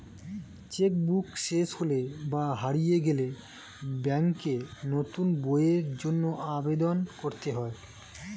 check book শেষ হলে বা হারিয়ে গেলে ব্যাঙ্কে নতুন বইয়ের জন্য আবেদন করতে হয়